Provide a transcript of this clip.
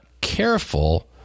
careful